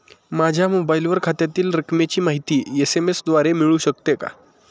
माझ्या मोबाईलवर खात्यातील रकमेची माहिती एस.एम.एस द्वारे मिळू शकते का?